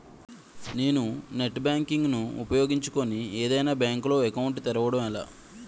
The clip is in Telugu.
నేను నెట్ బ్యాంకింగ్ ను ఉపయోగించుకుని ఏదైనా బ్యాంక్ లో అకౌంట్ తెరవడం ఎలా?